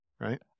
Right